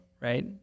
right